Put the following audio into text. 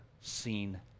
seen